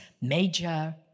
major